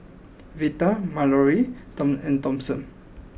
Veta Mallorie and Thompson